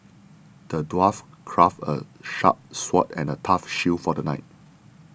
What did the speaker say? the dwarf crafted a sharp sword and a tough shield for the knight